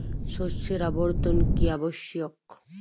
শস্যের আবর্তন কী আবশ্যক?